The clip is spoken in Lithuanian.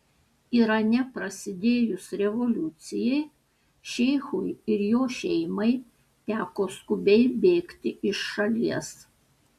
irane prasidėjus revoliucijai šeichui ir jo šeimai teko skubiai bėgti iš šalies